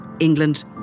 England